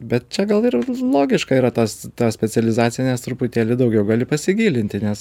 bet čia gal ir logiška yra tas ta specializacija nes truputėlį daugiau gali pasigilinti nes